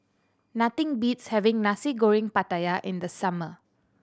nothing beats having Nasi Goreng Pattaya in the summer